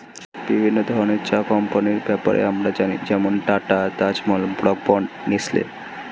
বিভিন্ন রকমের চা কোম্পানির ব্যাপারে আমরা জানি যেমন Tata, Taj Mahal, Brooke Bond, Nestle